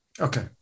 Okay